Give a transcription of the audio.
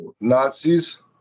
Nazis